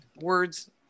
words